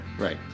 Right